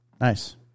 Nice